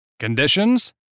conditions